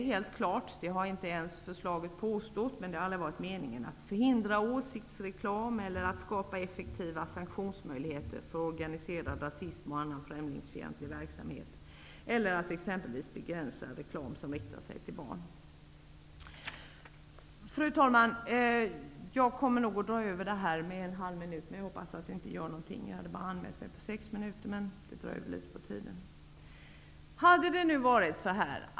Självfallet har meningen aldrig heller varit att förhindra åsiktsreklam och att skapa effektiva sanktionsmöjligheter för organiserad rasism och annan främlingsfientlig verksamhet, vilket inte heller har påståtts i förslaget. Meningen har inte heller varit att begränsa reklam som riktar sig till exempelvis barn. Fru talman!